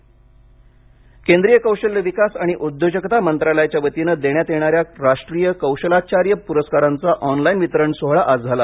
कौशालाचार्य केंद्रीय कौशल्य विकास आणि उद्योजकता मंत्रालयाच्या वतीनं देण्यात येणाऱ्या राष्ट्रीय कौशलाचार्य पुरस्कारांचा ऑनलाईन वितरण सोहळा आज झाला